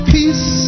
Peace